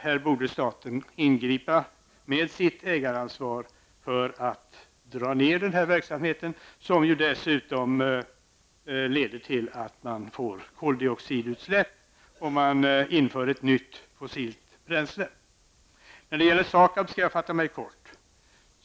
Här borde staten ingripa med sitt ägaransvar för att dra ned på verksamheten, som dessutom leder till koldioxidutsläpp om det införs ett nytt fossilt bränsle. Vad så gäller SAKAB skall jag fatta mig kort.